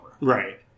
Right